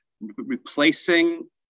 replacing